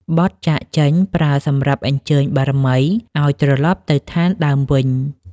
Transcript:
បទចាកចេញ ប្រើសម្រាប់អញ្ជើញបារមីឱ្យត្រឡប់ទៅឋានដើមវិញ។